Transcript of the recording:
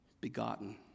begotten